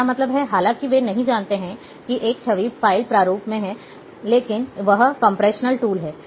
इसका मतलब हैहालांकि वे यह नहीं जानते हैं कि यह एक छवि फ़ाइल प्रारूप है लेकिन यह एक कंप्रेशनल टूल है